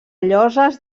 lloses